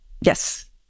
Yes